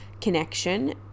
connection